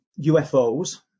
UFOs